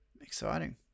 Exciting